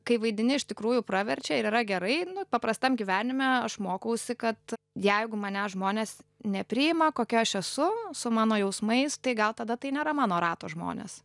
kai vaidini iš tikrųjų praverčia ir yra gerai paprastam gyvenime aš mokausi kad jeigu manęs žmonės nepriima kokia aš esu su mano jausmais tai gal tada tai nėra mano rato žmones